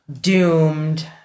doomed